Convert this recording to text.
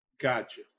Gotcha